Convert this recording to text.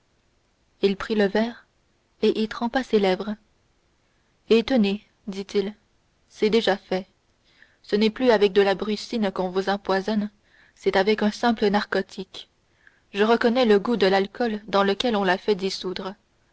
il prit le verre et y trempa ses lèvres et tenez dit-il c'est déjà fait ce n'est plus avec de la brucine qu'on vous empoisonne c'est avec un simple narcotique je reconnais le goût de l'alcool dans lequel on l'a fait dissoudre